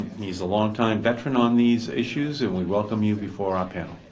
he is a long-time veteran on these issues, and we welcome you before our panel.